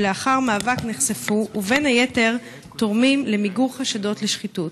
שלאחר מאבק נחשפו ובין היתר תורמים למיגור חשדות לשחיתות.